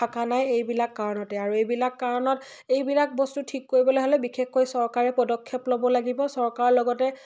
থকা নাই এইবিলাক কাৰণতে আৰু এইবিলাক কাৰণত এইবিলাক বস্তু ঠিক কৰিবলে হ'লে বিশেষকৈ চৰকাৰে পদক্ষেপ ল'ব লাগিব চৰকাৰৰ লগতে